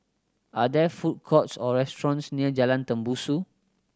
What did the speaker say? are there food courts or restaurants near Jalan Tembusu